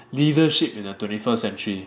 mm leadership in the twenty first century